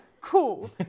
cool